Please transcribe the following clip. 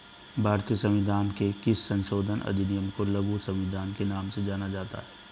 भारतीय संविधान के किस संशोधन अधिनियम को लघु संविधान के नाम से जाना जाता है?